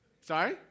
Sorry